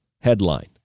headline